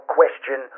question